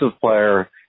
player